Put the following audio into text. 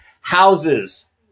houses